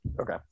Okay